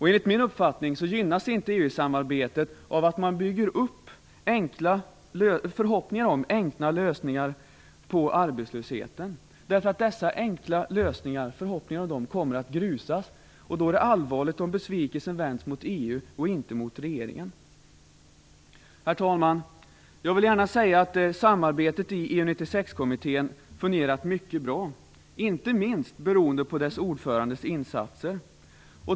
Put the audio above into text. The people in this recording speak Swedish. Enligt min uppfattning gynnas inte EU-samarbetet av att man bygger upp förhoppningar om enkla lösningar på arbetslöshetsproblemet. Förhoppningarna om dessa enkla lösningar kommer att grusas, och då är det allvarligt om besvikelsen vänds mot EU och inte mot regeringen. Herr talman! Jag vill gärna säga att samarbetet i EU 96-kommittén fungerat mycket bra, inte minst beroende på dess ordförandes insatser.